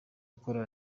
gukora